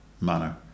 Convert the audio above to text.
manner